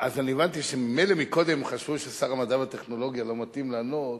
אז אני הבנתי שממילא מקודם חשבו ששר המדע והטכנולוגיה לא מתאים לענות,